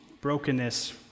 brokenness